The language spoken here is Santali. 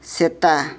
ᱥᱮᱛᱟ